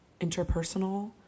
interpersonal